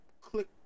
click